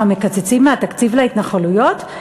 מה, מקצצים מהתקציב להתנחלויות?